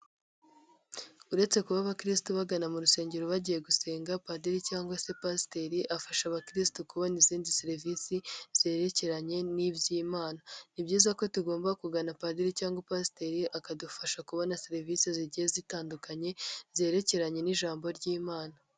Uretse kuba abakirisitu bagana mu rusengero bagiye gusenga, padiri cyangwa se pasiteri, afasha abakirisitu kubona izindi serivisi zerekeranye n'iby'Imana. Ni byiza ko tugomba kugana padiri cyangwa pasiteri akadufasha kubona serivisi zigiye zitandukanye zerekeranye n'ijambo ry'Imana